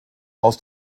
aus